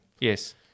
Yes